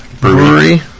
brewery